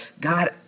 God